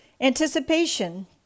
Anticipation